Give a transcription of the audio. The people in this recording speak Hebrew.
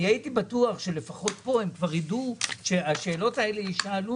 אני הייתי בטוח שלפחות פה הם כבר ידעו שהשאלות האלה יישאלו,